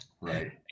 Right